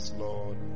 Lord